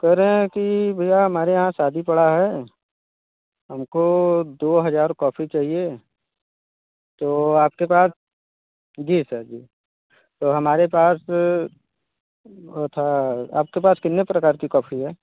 कह रहे हैं कि भैया हमारे यहाँ शादी पड़ा है हम को दो हज़ार कॉफी चाहिए तो आपके पास जी सर जी तो हमारे पास आपके पास कितने प्रकार की कॉफी हैं